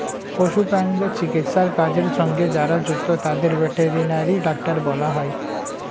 পশু প্রাণীদের চিকিৎসার কাজের সঙ্গে যারা যুক্ত তাদের ভেটেরিনারি ডাক্তার বলা হয়